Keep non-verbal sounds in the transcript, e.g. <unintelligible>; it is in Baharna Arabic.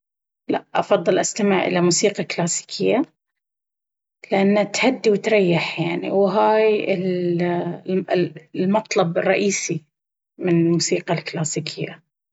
لا أفضل أستمع إلى موسيقى كلاسيكية لأن تهدي وتريح يعني وهاي <unintelligible> المطلب الرئيسي من الموسيقى الكلاسيكية.